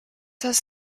has